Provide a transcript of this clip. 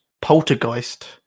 Poltergeist